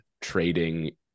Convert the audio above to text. trading